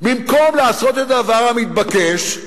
במקום לעשות את הדבר המתבקש,